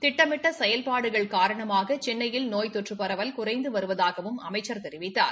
திட்டமிட்ட செயல்பாடுகள் காரணமாக சென்னையில் நோய் தொற்று பரவல் குறைந்து வருவதாகவும் அமைச்சர் தெரிவித்தார்